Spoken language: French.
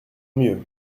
mieux